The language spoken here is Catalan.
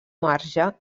marge